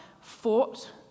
fought